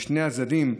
משני הצדדים,